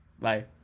Bye